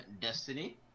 Destiny